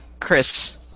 Chris